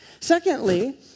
Secondly